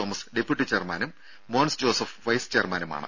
Thomas deputy ചെയർമാനും Mons Joseph vice ചെയർമാനുമാണ്